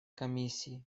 комиссии